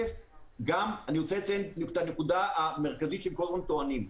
גם רוצה לציין את הנקודה המרכזית שטוענים כל הזמן: